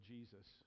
Jesus